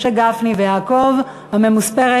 משה גפני ויעקב אשר,